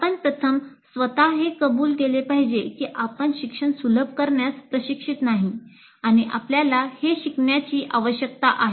आपण प्रथम स्वत हे कबूल केले पाहिजे की आपण शिक्षण सुलभ करण्यास प्रशिक्षित नाही आणि आपल्याला हे शिकण्याची आवश्यकता आहे